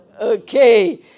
Okay